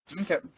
Okay